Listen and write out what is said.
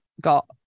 got